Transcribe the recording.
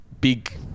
big